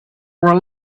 were